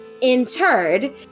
interred